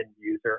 user